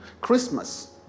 Christmas